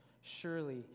Surely